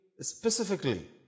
specifically